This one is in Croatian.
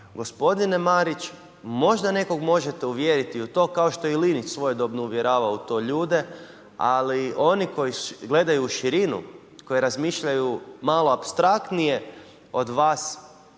Gospodine Marić, možda nekog možete uvjeriti u to, kao što je i Linić svojedobno uvjeravao u to ljude, ali oni koji gledaju u širinu, koji razmišljaju malo apstraktnije od vas